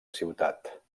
ciutat